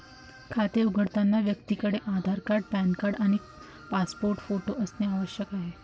खाते उघडताना व्यक्तीकडे आधार कार्ड, पॅन कार्ड आणि पासपोर्ट फोटो असणे आवश्यक आहे